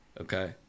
Okay